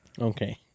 Okay